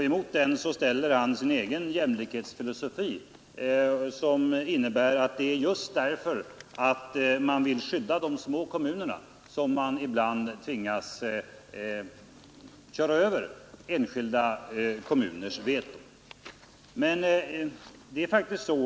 Emot den ställer han sin egen jämlikhetsfilosofi, som innebär att det är därför att man vill skydda de små kommunerna som man ibland tvingas köra över enskilda kommuners protester.